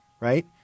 right